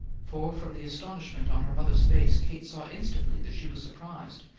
for from the astonishment on her mother's face, kate saw instantly that she was surprised,